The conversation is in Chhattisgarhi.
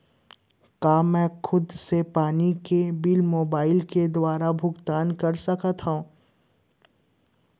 का मैं खुद से पानी के बिल मोबाईल के दुवारा भुगतान कर सकथव?